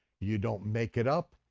you don't make it up,